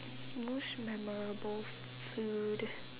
most memorable food